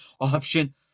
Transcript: option